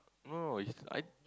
no no is like